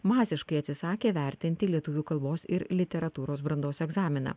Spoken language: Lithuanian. masiškai atsisakė vertinti lietuvių kalbos ir literatūros brandos egzaminą